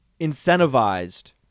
incentivized